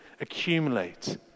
accumulate